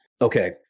Okay